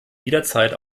jederzeit